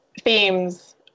themes